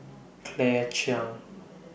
Claire Chiang